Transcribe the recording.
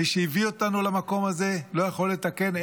מי שהביא אותנו למקום הזה לא יכול לתקן.